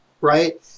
Right